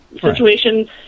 situation